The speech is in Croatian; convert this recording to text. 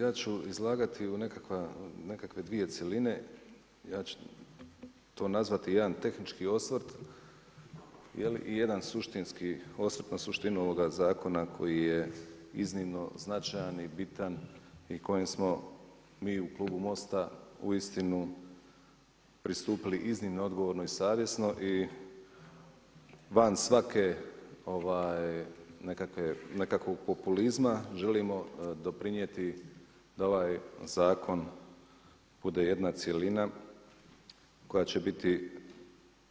Ja ću izlagati u nekakve dvije cjeline, ja ću to nazvati jedan tehnički osvrt i jedan suštinski osvrt na suštinu ovoga zakona koji je iznimno značajan i bitan i kojem smo mi u klubu Most-a uistinu pristupili iznimno odgovorno i savjesno i van svake nekakvog populizma, želimo doprinijeti da ovaj zakon bude jedna cjelina koja će biti